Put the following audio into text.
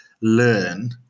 learn